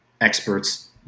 experts